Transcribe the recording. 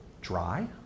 dry